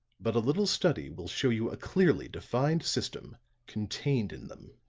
but a little study will show you a clearly defined system contained in them.